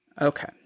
Okay